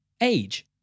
age